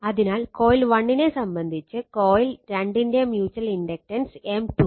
അതിനാൽ കോയിൽ 1 നെ സംബന്ധിച്ച് കോയിൽ 2 ന്റെ മ്യുച്ചൽ ഇണ്ടക്ടൻസ് M21